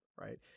right